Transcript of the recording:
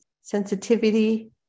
sensitivity